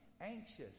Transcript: anxious